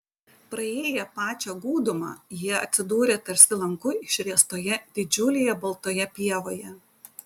praėję pačią gūdumą jie atsidūrė tarsi lanku išriestoje didžiulėje baltoje pievoje